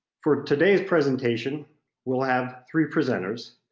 for today's presentation we'll have three presenters.